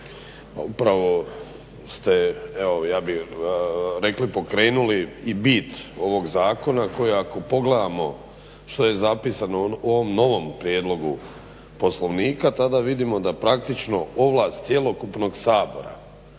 rekao pokrenuli i bit ovog zakona koji ako pogledamo što je zapisano u ovom novom prijedlogu Poslovnika tada vidimo da praktično ovlast cjelokupnog Sabora